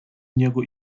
niego